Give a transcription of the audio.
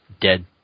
dead